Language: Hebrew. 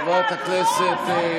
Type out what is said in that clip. חיכיתי לשמוע ממך, חברת הכנסת שטרית,